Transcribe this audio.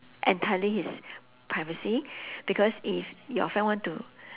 entirely his privacy because if your friend want to